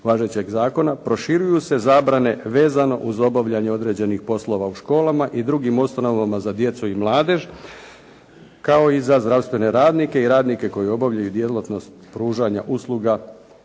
važećeg zakona proširuju se zabrane vezano uz obavljanje određenih poslova u školama i drugim ustanovama za djecu i mladež kao i za zdravstvene radnike i radnike koji obavljaju djelatnost pružanja usluga